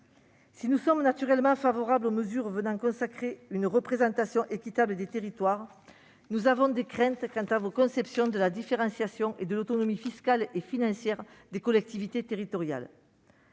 Si nous sommes naturellement favorables aux mesures visant à consacrer une représentation équitable des territoires, nous avons des craintes quant à vos conceptions de la différenciation et de l'autonomie fiscale et financière des collectivités territoriales.